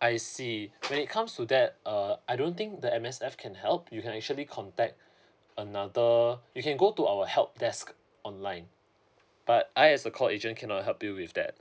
I see when it comes to that uh I don't think the M_S_F can help you can actually contact another you can go to our help desk online but I as a call agent cannot help you with that